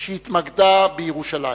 שהתמקדה בירושלים.